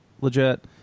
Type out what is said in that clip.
legit